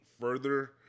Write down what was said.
further